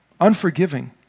unforgiving